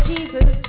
Jesus